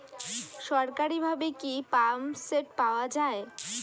সরকারিভাবে কি পাম্পসেট পাওয়া যায়?